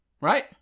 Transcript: Right